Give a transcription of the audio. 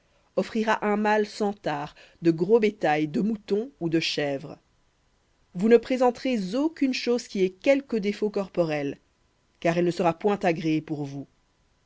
agréé un mâle sans tare de gros bétail de moutons ou de chèvres vous ne présenterez aucune chose qui ait quelque défaut corporel car elle ne sera point agréée pour vous